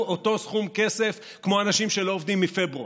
אותו סכום כסף כמו אנשים שלא עובדים מפברואר.